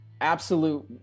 Absolute